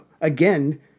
again